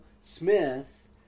Smith